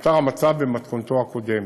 נותר המצב במתכונתו הקודמת.